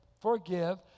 forgive